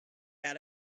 out